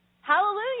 Hallelujah